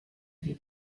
wie